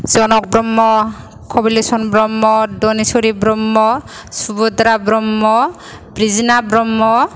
Janak Brahma Kabilesan Brahma Daneswari Brahma Subudra Brahma Brijina Brahma